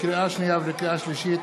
לקריאה שנייה ולקריאה שלישית: